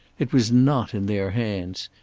it was not in their hands.